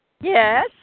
Yes